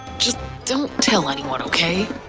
just don't tell anyone, okay?